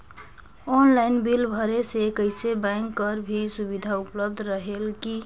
Online bill भरे से कइसे बैंक कर भी सुविधा उपलब्ध रेहेल की?